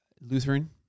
Lutheran